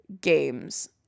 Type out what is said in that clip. games